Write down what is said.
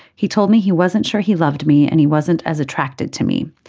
he told me he wasn't sure he loved me and he wasn't as attracted to me.